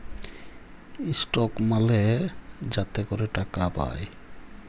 stock মালে যাতে ক্যরে টাকা পায়